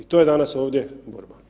I to je danas ovdje borba.